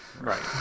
right